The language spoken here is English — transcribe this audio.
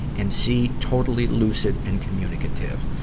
and c totally lucid and communicative.